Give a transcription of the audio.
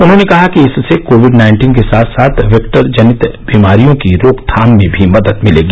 उन्होंने कहा कि इससे कोविड नाइन्टीन के साथ साथ वेक्टर जनित बीमारियों की रोकथाम में भी मदद मिलेगी